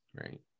right